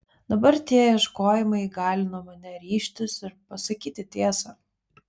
dabar tie ieškojimai įgalino mane ryžtis ir pasakyti tiesą